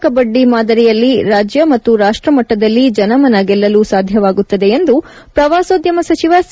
ಕಬಡ್ಡಿ ಮಾದರಿಯಲ್ಲಿ ರಾಜ್ಯ ಮತ್ತು ರಾಷ್ಟಮಟ್ಟದಲ್ಲಿ ಜನಮನ ಗೆಲ್ಲಲು ಸಾಧ್ಯವಾಗುತ್ತದೆ ಎಂದು ಪ್ರವಾಸೋದ್ಯಮ ಸಚಿವ ಸಿ